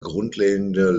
grundlegende